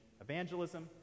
evangelism